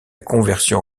conversion